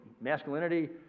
masculinity